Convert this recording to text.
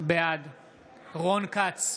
בעד רון כץ,